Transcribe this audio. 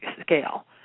scale